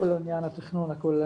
כל העניין התכנון הכוללני.